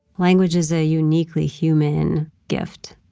language is a uniquely human gift.